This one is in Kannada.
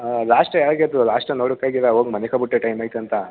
ಹಾಂ ಲಾಶ್ಟೆ ಯಾರು ಗೆದ್ದರು ಲಾಶ್ಟ್ ನೋಡೋಕ್ಕಾಗಿಲ್ಲ ಹೋಗಿ ಮಲಿಕೋಬಿಟ್ಟೆ ಟೈಮ್ ಆಯ್ತು ಅಂತ